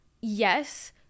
yes